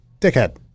dickhead